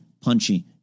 punchy